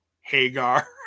Hagar